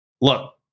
look